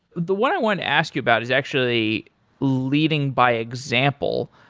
the one i want to ask you about is actually leading by example.